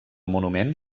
monument